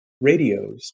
radios